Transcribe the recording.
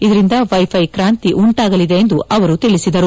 ಇದರಿಂದ ವೈಫೈ ಕ್ರಾಂತಿ ಉಂಟಾಗಲಿದೆ ಎಂದು ಅವರು ತಿಳಿಸಿದರು